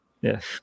Yes